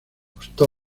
costó